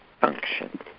function